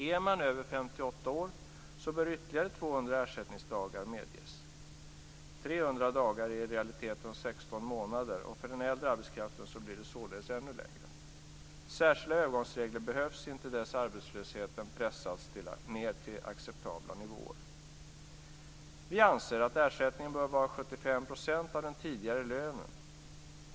Är man över 58 år bör ytterligare 16 månader, och för den äldre arbetskraften blir det således ännu längre. Särskilda övergångsregler behövs intill dess arbetslösheten pressats ned till acceptabla nivåer. Vi anser att ersättningen bör vara 75 % av den tidigare lönen.